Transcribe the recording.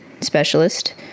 specialist